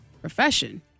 profession